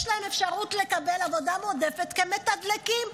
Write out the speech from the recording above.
יש להם אפשרות לקבל עבודה מועדפת כמתדלקים.